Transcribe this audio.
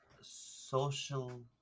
Social